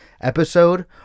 episode